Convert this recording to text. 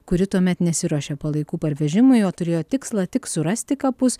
kuri tuomet nesiruošė palaikų parvežimui o turėjo tikslą tik surasti kapus